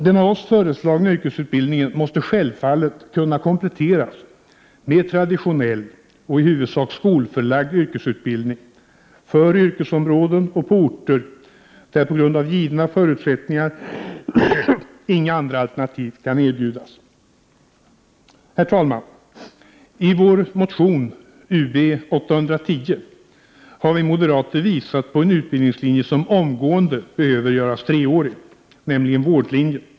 Den av oss föreslagna yrkesutbildningen måste självfallet kunna kompletteras med traditionell och i huvudsak skolförlagd yrkesutbildning för yrkesområden och på orter där på grund av givna förutsättningar inga andra alternativ kan erbjudas. Herr talman! I vår motion Ub810 har vi moderater visat på en utbildningslinje som utan dröjsmål behöver göras treårig, nämligen vårdlinjen.